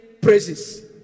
praises